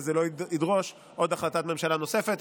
וזה לא ידרוש עוד החלטת ממשלה נוספת.